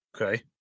Okay